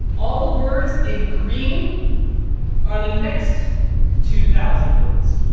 all the words in green are the next two thousand words.